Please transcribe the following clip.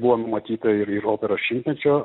buvo numatyta ir ir operos šimtmečio